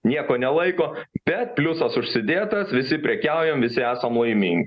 nieko nelaiko bet pliusas užsidėtas visi prekiaujam visi esam laimingi